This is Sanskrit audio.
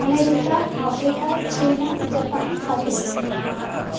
अमेरिका आफ़्रिका चीना जापान् पाकिस्तान्